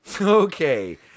Okay